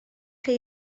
chi